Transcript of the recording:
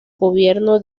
gobierno